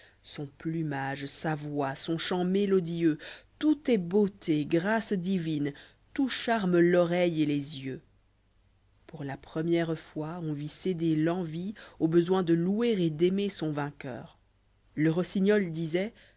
son plumage s'a voix soii'chant mélodieux tout est beaiité grâce'divme tout charme l'oreille et les yeux pour la première fois on vit céder l'envie au besoin de louer et d'aimer son vainqueur le rossignol disoit